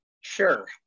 Sure